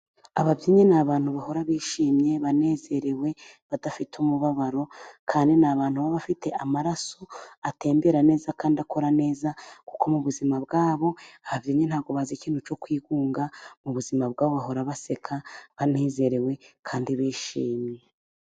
Ababyinnyi ni abantu bahora bishimye， banezerewe badafite umubabaro. Kandi ni abantu baba bafite amaraso atembera neza， kandi akora neza， kuko mu buzima bwabo，ababyinnyi ntabwo bazi ikintu cyo kwigunga，mu buzima bwabo bahora baseka， banezerewe， kandi bishimye.